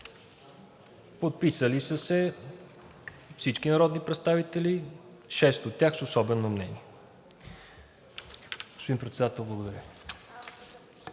Подписали са се всички народни представители – шест от тях с особено мнение. Господин Председател, благодаря